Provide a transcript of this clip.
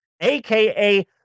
aka